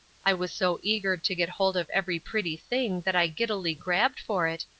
i was so eager to get hold of every pretty thing that i giddily grabbed for it,